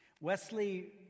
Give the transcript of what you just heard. Wesley